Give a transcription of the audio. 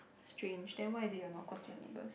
strange then why is it you're not close your neighbours